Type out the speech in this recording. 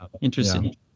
Interesting